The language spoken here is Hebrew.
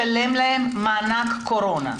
לשלם להם מענק קורונה.